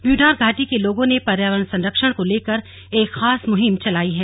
भ्यूंडार घाटी के लोगों ने पर्यावरण सरक्षण को लेकर एक खास मुहिम चलाई है